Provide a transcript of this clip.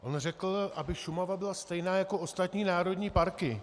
On řekl, aby Šumava byla stejná jako ostatní národní parky.